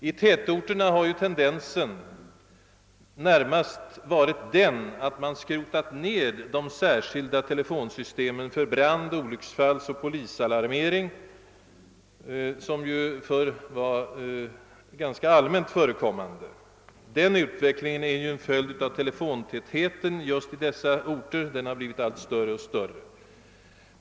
I tätorterna har tendensen närmast varit den att man skrotat ned de särskilda telefonnumren för brand-, olycksfallsoch polisalarmering, som förr var allmänt förekommande. Den utvecklingen är en följd av telefontätheten i just dessa orter; och den har blivit allt större.